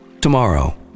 tomorrow